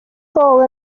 fall